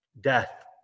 Death